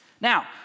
Now